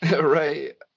Right